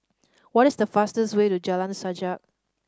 what is the fastest way to Jalan Sajak